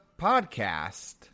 podcast